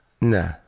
Nah